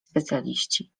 specjaliści